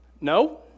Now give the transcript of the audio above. no